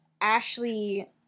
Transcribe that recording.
Ashley